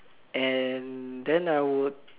and then I would